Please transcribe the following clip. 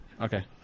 okay